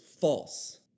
false